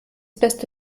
beste